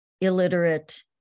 illiterate